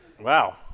Wow